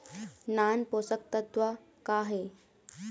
नान पोषकतत्व का हे?